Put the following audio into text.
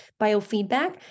biofeedback